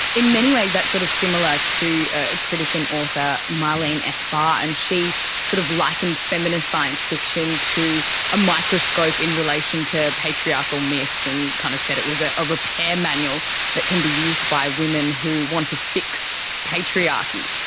in many ways that is sort of similar to a critic and author marleen s barr, and she sort of likened feminist science fiction to a microscope in relation to patriarchal myths and kind of said it was ah a repair manual that can be used by women who wants to fix patriarchy.